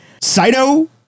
Saito